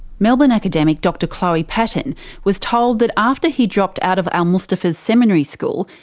melbourne academic dr chloe patton was told that after he dropped out of al-mustapha's seminary school,